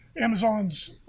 Amazon's